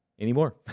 anymore